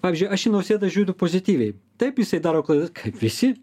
pavyzdžiui aš į nausėdą žiūriu pozityviai taip jisai daro klaidas kaip visi